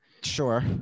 Sure